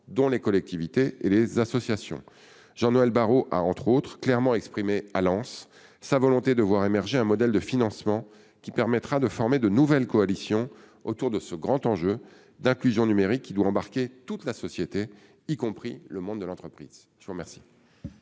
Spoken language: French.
les collectivités et les associations. Jean-Noël Barrot a clairement exprimé à Lens sa volonté de voir émerger un modèle de financement qui permettra de former de nouvelles coalitions autour de ce grand enjeu d'inclusion numérique, qui doit embarquer toute la société, y compris le monde de l'entreprise. La parole